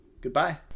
Goodbye